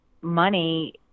money